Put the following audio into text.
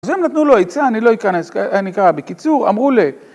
אז הם נתנו לו היצע, אני לא אכנס, אני אקרא בקיצור, אמרו ל...